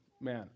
man